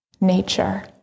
Nature